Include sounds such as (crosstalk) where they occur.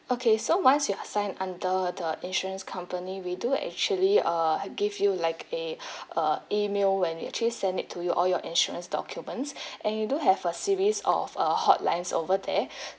okay so once you are assigned under the insurance company we do actually uh give you like a (breath) uh email when we actually send it to you all your insurance documents (breath) and you do have a series of a hotlines over there (breath)